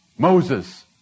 Moses